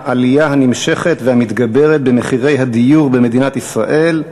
העלייה הנמשכת והמתגברת במחירי הדיור במדינת ישראל,